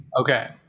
Okay